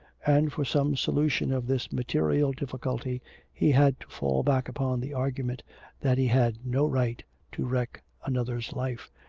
and for some solution of this material difficulty he had to fall back upon the argument that he had no right to wreck another's life,